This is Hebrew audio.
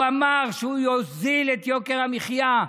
הוא אמר שהוא יוריד את יוקר המחיה,